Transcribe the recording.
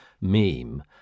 meme